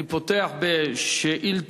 אני פותח בשאילתות.